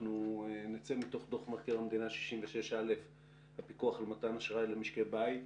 אנחנו נצא מתוך דוח מבקר המדינה 66א - הפיקוח על מתן אשראי למשקי בית.